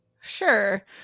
Sure